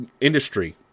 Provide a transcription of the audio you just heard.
industry